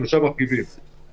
אתם החרגתם קבוצות מסוימות.